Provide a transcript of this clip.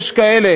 יש כאלה